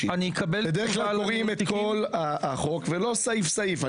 ובדרך כלל קוראים את כל החוק ולא סעיף-סעיף.